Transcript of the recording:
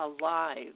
alive